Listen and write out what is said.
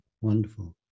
wonderful